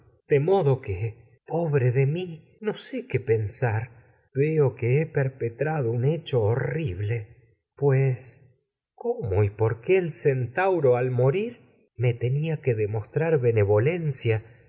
de modo que pobre de mil un sé qué pensar veo y que he perpetrado hecho horrible me pues cómo por qué el centauro al yo era morir la tenia de al que su demostrar no benevolencia